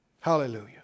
hallelujah